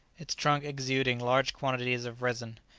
its trunk exuding large quantities of resin,